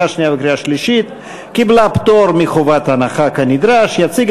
אושרה כנדרש בשלוש קריאות.